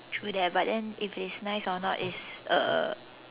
true that but then if it's nice or not is uh